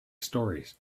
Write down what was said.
stories